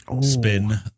spin